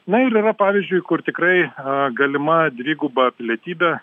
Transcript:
na ir yra pavyzdžiui kur tikrai galima dviguba pilietybė